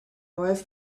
wife